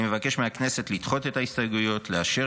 אני מבקש מהכנסת לדחות את ההסתייגויות ולאשר